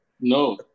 No